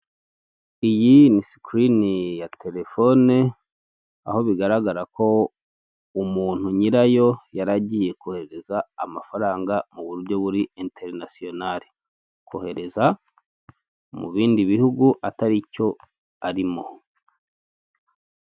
Iyi ni sikirini ya telefone, aho bigaragara ko umuntu nyirayo yarigiye kohereza amafaranga mu buryo buri interinasiyonare kohereza mu bindi bihugu atari icyo arimo.